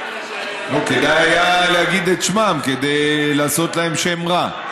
כדאי היה להגיד את שמם, כדי לעשות להם שם רע.